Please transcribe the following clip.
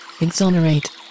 Exonerate